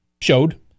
showed